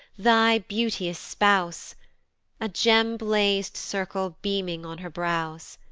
thy beauteous spouse a gem-blaz'd circle beaming on her brows.